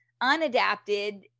unadapted